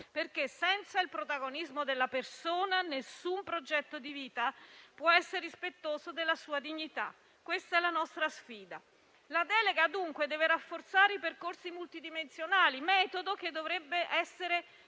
perché senza il protagonismo della persona alcun progetto di vita può essere rispettoso della sua dignità: questa è la nostra sfida. La delega deve dunque rafforzare i percorsi multidimensionali, metodo che dovrebbe essere